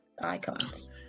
icons